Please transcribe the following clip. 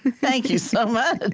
thank you so